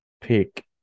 pick